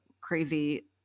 crazy